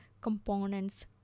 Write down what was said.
components